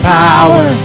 power